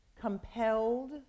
compelled